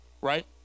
Right